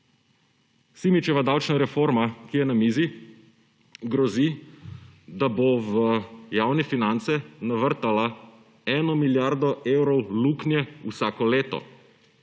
Simičeva davčna reforma, ki je na mizi, grozi, da bo v javne finance navrtala eno milijardo evrov luknje vsako leto.